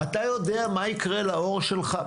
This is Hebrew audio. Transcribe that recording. אתה יודע מה יקרה לעור שלך?